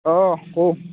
অঁ কওঁ